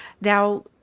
Now